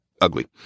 ugly